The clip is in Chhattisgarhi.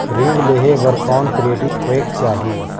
ऋण लेहे बर कौन क्रेडिट होयक चाही?